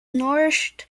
nourished